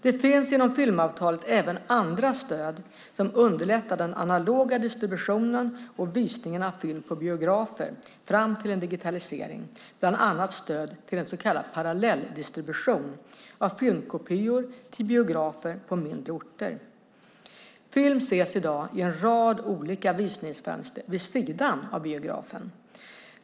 Det finns inom filmavtalet även andra stöd som underlättar den analoga distributionen och visningen av film på biografer fram till en digitalisering, bland annat stöd till så kallad parallelldistribution av filmkopior till biografer på mindre orter. Film ses i dag i en rad olika visningsfönster vid sidan av biografen.